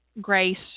Grace